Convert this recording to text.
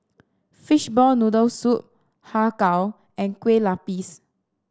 Fishball Noodle Soup Har Kow and Kueh Lapis